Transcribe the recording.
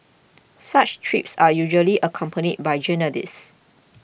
such trips are usually accompanied by journalists